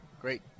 Great